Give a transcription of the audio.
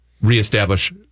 reestablish